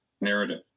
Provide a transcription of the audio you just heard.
narrative